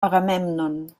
agamèmnon